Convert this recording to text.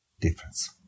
difference